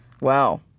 Wow